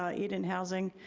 ah eden housing.